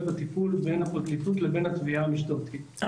הטיפול בין הפרקליטות לבין התביעה המשטרתית,